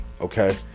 okay